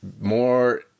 more